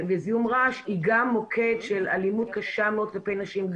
היא גם מוקד של אלימות קשה מאוד כלפי נשים.